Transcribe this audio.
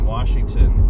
Washington